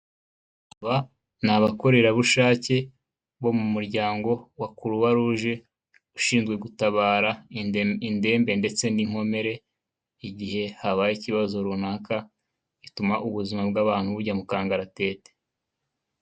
Aba ni abakorerabushake bo mu muryango wa kuruwaruje, ushinzwe gutabara indembe ndetse n'inkomere, igihe habaye ikibazo runaka, gituma ubuzima bw'abantu bujya mu kangaratete.